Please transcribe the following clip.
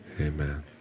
Amen